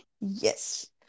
Yes